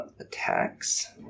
Attacks